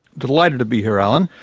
delighted to be here, alan.